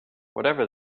whatever